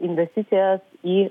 investicijas į